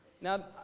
Now